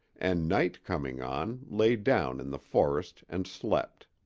and night coming on, lay down in the forest and slept.